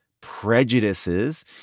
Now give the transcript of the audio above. prejudices